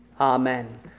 Amen